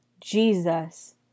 Jesus